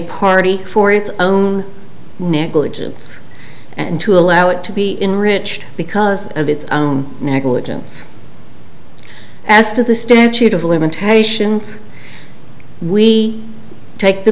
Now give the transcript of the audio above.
party for its own negligence and to allow it to be enrich because of its own negligence as to the statute of limitations we take the